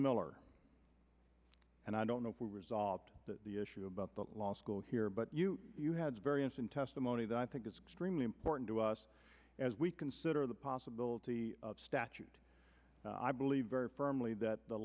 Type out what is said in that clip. miller and i don't know if we resolved the issue about the law school here but you had a variance in testimony that i think it's extremely important to us as we consider the possibility of statute i believe very firmly that the